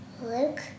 Luke